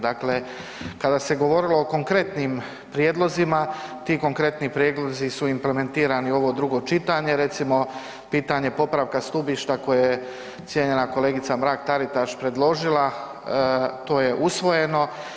Dakle, kada se govorilo o konkretnim prijedlozima ti konkretni prijedlozi su implementirani u ovo drugo čitanje, recimo pitanje popravka stubišta koje je cijenjena kolegica Mrak Taritaš predložila, to je usvojeno.